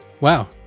Wow